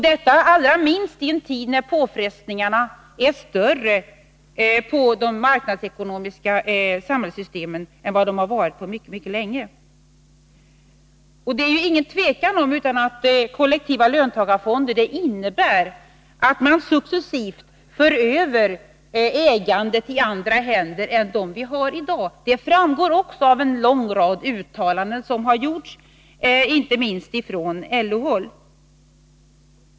Detta allra minst i en tid när påfrestningarna är större på de marknadsekonomiska samhällssystemen än vad de varit på mycket länge. Det är inget tvivel om att kollektiva löntagarfonder innebär att man successivt för över ägandet i andra händer än vi har i dag. Det framgår också av en lång rad uttalanden som gjorts, inte minst från LO-håll.